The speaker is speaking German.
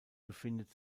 befindet